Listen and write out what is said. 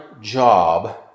job